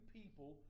people